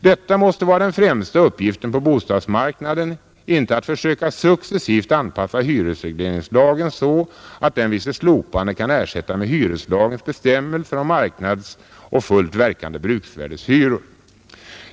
Detta måste vara den främsta uppgiften på bostadsmarknaden; inte att försöka successivt anpassa hyresregleringslagen så att den vid sitt slopande kan ersättas med hyreslagens bestämmelser om marknadsoch fullt verkande bruksvärdehyror.